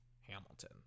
Hamilton